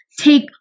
take